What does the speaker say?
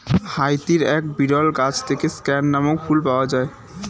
হাইতির এক বিরল গাছ থেকে স্ক্যান নামক ফুল পাওয়া যায়